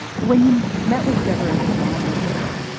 when you met with devon. his mom was there.